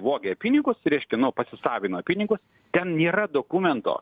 vogė pinigus reiškia no pasisavino pinigus ten nėra dokumento